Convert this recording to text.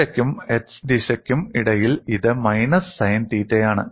തീറ്റയ്ക്കും x ദിശയ്ക്കും ഇടയിൽ ഇത് മൈനസ് സൈൻ തീറ്റയാണ്